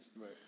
right